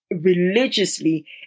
religiously